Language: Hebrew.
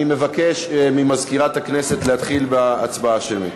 אני מבקש ממזכירת הכנסת להתחיל בהצבעה השמית.